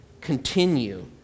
continue